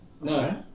No